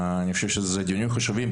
אני חושב שאלה הם דיונים חשובים,